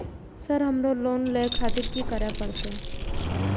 Sir हमरो loan ले खातिर की करें परतें?